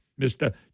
Mr